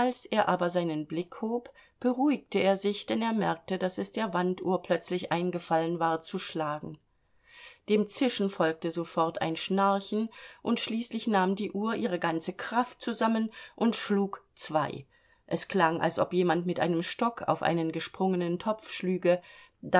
er aber seinen blick hob beruhigte er sich denn er merkte daß es der wanduhr plötzlich eingefallen war zu schlagen dem zischen folgte sofort ein schnarchen und schließlich nahm die uhr ihre ganze kraft zusammen und schlug zwei es klang als ob jemand mit einem stock auf einen gesprungenen topf schlüge